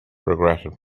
regretted